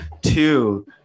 two